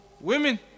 women